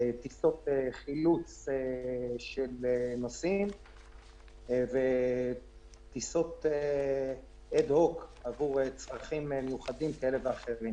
טיסות חילוץ של נוסעים וטיסות אד-הוק עבור צרכים מיוחדים כאלה ואחרים.